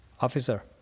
Officer